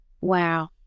Wow